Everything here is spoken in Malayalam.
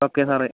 ഓക്കെ സാറേ